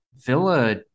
Villa